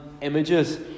images